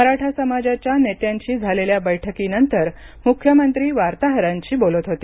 मराठा समाजाच्या नेत्यांशी झालेल्या बैठकीनंतर मुख्यमंत्री वार्ताहरांशी बोलत होते